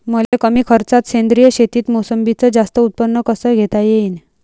मले कमी खर्चात सेंद्रीय शेतीत मोसंबीचं जास्त उत्पन्न कस घेता येईन?